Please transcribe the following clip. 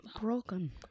broken